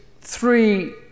three